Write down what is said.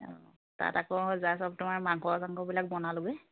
অঁ তাত আকৌ যা সব তোমাৰ মাংস চাংসবিলাক বনালোগৈ